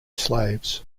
slaves